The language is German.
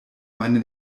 meine